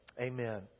amen